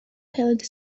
held